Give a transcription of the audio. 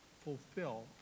fulfill